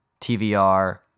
TVR